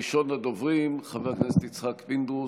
ראשון הדוברים, חבר הכנסת יצחק פינדרוס,